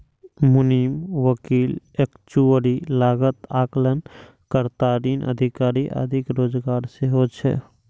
मुनीम, वकील, एक्चुअरी, लागत आकलन कर्ता, ऋण अधिकारी आदिक रोजगार सेहो छै